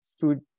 food